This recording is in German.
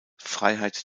freiheit